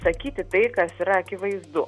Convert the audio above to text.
sakyti tai kas yra akivaizdu